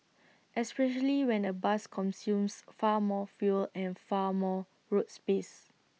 especially when A bus consumes far more fuel and far more road space